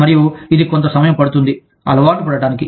మరియు ఇది కొంత సమయం పడుతుంది అలవాటు పడటానికి